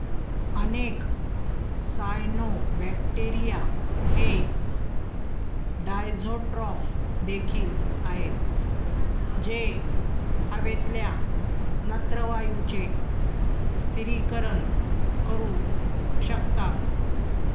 अनेक सायनोबॅक्टेरिया हे डायझोट्रॉफ देखील आहेत जे हवेतल्या नत्रवायूचे स्थिरीकरण करू शकताात